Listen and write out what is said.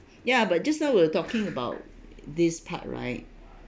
ya but just now were talking about this part right